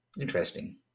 interesting